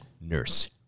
Nurse